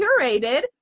curated